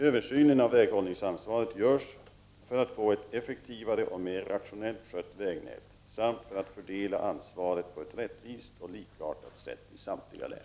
Översynen av väghållningsansvaret görs för att man skall få ett effektivare och mera rationellt skött vägnät samt för att fördela ansvaret på ett rättvist och likartat sätt i samtliga län.